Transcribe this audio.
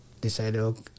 decided